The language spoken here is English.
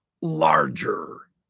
larger